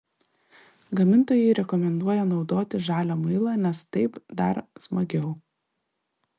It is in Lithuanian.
gamintojai rekomenduoja naudoti žalią muilą nes taip dar smagiau